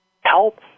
help